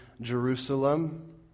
Jerusalem